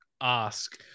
ask